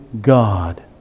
God